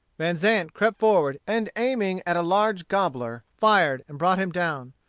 vanzant crept forward, and aiming at a large gobbler, fired, and brought him down.